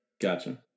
Gotcha